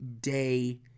day